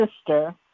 sister